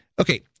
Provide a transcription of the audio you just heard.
Okay